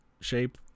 shape